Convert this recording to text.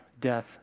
death